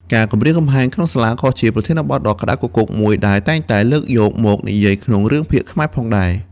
ការគំរាមកំហែង ក្នុងសាលា ក៏ជាប្រធានបទដ៏ក្ដៅគគុកមួយដែលតែងតែលើកយកមកនិយាយក្នុងរឿងភាគខ្មែរផងដែរ។